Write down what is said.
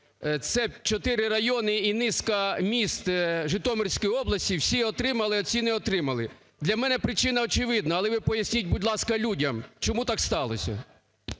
Це чотири райони і низка міст Житомирської області, всі отримали, а ці не отримали. Для мене причина очевидна, але ви поясніть, будь ласка, людям чому так сталося.